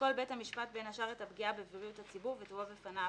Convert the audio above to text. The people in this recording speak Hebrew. ישקול בית המשפט בין השאר את הפגיעה בבריאות הציבור ותובא בפניו